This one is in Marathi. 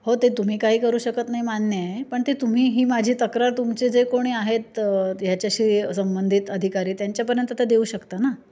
हो ते तुम्ही काही करू शकत नाही मान्य आहे पण ते तुम्ही ही माझी तक्रार तुमचे जे कोणी आहेत ह्याच्याशी संबंधित अधिकारी त्यांच्यापर्यंत तर देऊ शकता ना